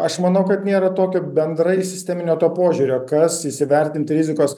aš manau kad nėra tokio bendrai sisteminio to požiūrio kas įsivertint rizikos